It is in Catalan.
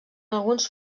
alguns